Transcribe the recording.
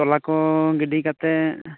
ᱛᱚᱞᱟ ᱠᱚ ᱜᱤᱰᱤ ᱠᱟᱛᱮᱫ